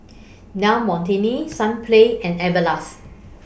Del Monte Sunplay and Everlast